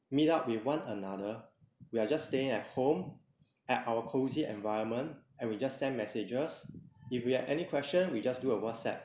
meet up with one another we are just staying at home at our cozy environment and we just send messages if we have any question we just do a whatsapp